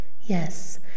Yes